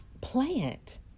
plant